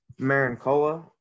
Marincola